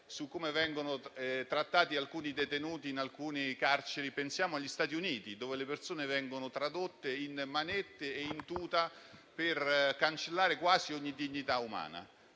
su come vengono trattati alcuni detenuti in alcune carceri: pensiamo agli Stati Uniti, dove le persone vengono tradotte in manette e in tuta, quasi per cancellare ogni dignità umana.